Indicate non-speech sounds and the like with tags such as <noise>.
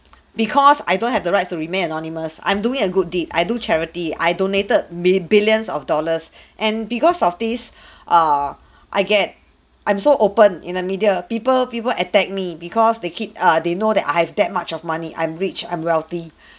<noise> because I don't have the rights to remain anonymous I'm doing a good deed I do charity I donated mil~ billions of dollars <breath> and because of this <breath> err <breath> I get I'm so open in the media people people attack me because they keep err they know that I have that much of money I'm rich I'm wealthy <breath>